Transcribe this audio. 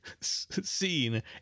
scene